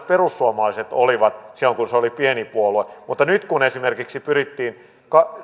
perussuomalaiset oli silloin kun se oli pieni puolue mutta nyt kun esimerkiksi pyrittiin